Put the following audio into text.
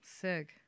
Sick